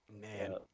Man